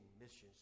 missions